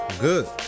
Good